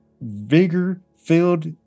vigor-filled